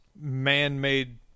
man-made